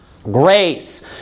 grace